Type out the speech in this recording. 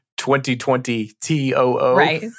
2020-T-O-O